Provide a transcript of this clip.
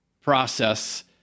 process